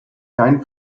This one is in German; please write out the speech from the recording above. kein